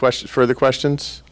questions for the questions